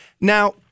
Now